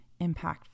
impactful